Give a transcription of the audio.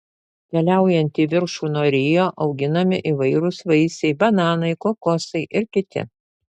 keliaujant į viršų nuo rio auginami įvairūs vaisiai bananai kokosai ir kiti